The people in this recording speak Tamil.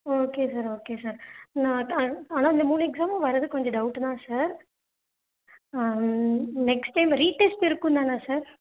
ஓகே சார் ஓகே சார் நான் ஆனால் அந்த மூணு எக்ஸாமும் வர்றது கொஞ்சம் டவுட்டு தான் சார் நெக்ஸ்ட் டைம் ரீட்டெஸ்ட் இருக்கும் தானே சார்